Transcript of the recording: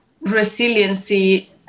resiliency